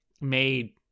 made